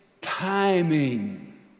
timing